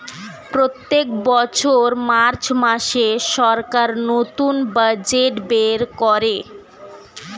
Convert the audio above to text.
প্রত্যেক বছর মার্চ মাসে সরকার নতুন বাজেট বের করে